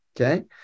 Okay